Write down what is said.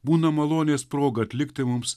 būna malonės proga atlikti mums